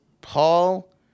Paul